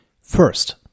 First